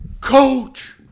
coach